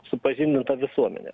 supažindinta visuomenė